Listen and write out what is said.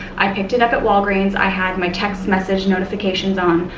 i picked it up at walgreens, i had my text message notifications on,